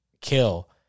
kill